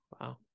Wow